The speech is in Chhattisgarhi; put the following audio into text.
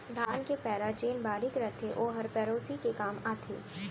धान के पैरा जेन बारीक रथे ओहर पेरौसी के काम आथे